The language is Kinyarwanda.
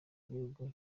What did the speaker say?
gihugu